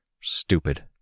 Stupid